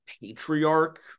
patriarch